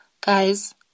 Guys